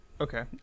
Okay